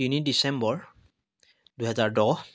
তিনি ডিচেম্বৰ দুহেজাৰ দহ